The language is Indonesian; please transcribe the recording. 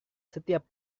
setiap